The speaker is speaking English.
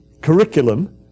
curriculum